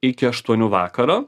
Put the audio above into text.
iki aštuonių vakaro